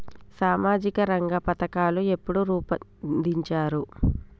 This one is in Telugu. సామాజిక రంగ పథకాలు ఎప్పుడు రూపొందించారు?